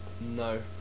No